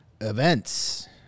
events